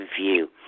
view